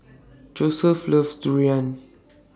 Joesph loves Durian